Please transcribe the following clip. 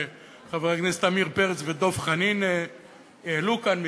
שחברי הכנסת עמיר פרץ ודב חנין העלו כאן קודם.